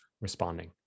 responding